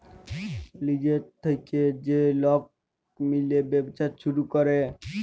লিজের থ্যাইকে যে লক মিলে ব্যবছা ছুরু ক্যরে